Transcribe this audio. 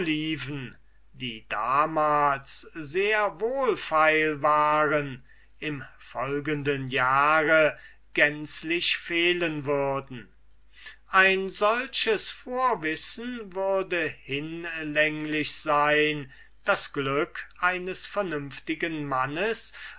die damals sehr wohlfeil waren im folgenden jahre gänzlich fehlen würden ein solches vor wissen würde hinlänglich sein das glück eines vernünftigen mannes